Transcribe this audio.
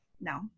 no